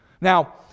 Now